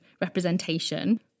representation